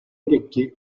orecchie